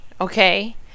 okay